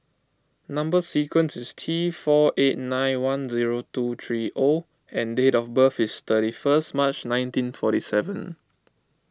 Number Sequence is T four eight nine one zero two three O and date of birth is thirty first March nineteen forty seven